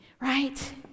right